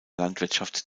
landwirtschaft